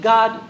God